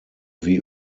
wie